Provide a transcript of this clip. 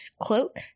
cloak